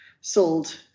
sold